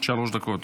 שלוש דקות.